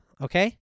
okay